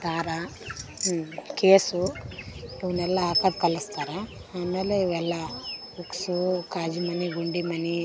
ದಾರ ಕೇಸು ಇವುನ್ನೆಲ್ಲ ಹಾಕೋದ್ ಕಲಿಸ್ತಾರೇ ಆಮೇಲೆ ಇವೆಲ್ಲ ಉಕ್ಸು ಕಾಜಿಮಣಿ ಗುಂಡಿಮಣಿ